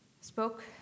spoke